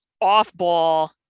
off-ball